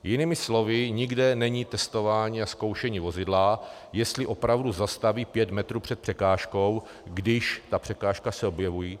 Jinými slovy, nikde není testování a zkoušení vozidla, jestli opravdu zastaví pět metrů před překážkou, když se ta překážka objeví.